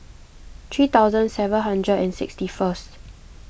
three thousand seven hundred and sixty first